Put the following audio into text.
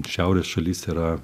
šiaurės šalyse yra